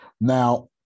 Now